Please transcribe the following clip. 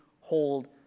hold